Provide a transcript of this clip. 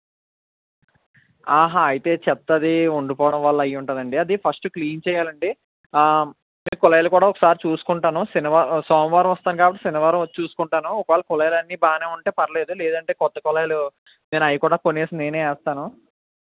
అయితే చెత్త అది ఉండిపోవడం వల్ల అయి ఉంటుందండి అది ఫస్ట్ క్లీన్ చేయాలండి కుళాయిలు కూడా ఒకసారి చూసుకుంటాను శనివారం సోమవారం వస్తాను కాబట్టి శనివారం వచ్చి చూసుకుంటాను ఒకవేళ కుళాయిలు అన్నీ బాగా ఉంటే పర్లేదు లేదంటే కొత్త కుళాయిలు నేను అవి కూడా కొని నేను వేస్తాను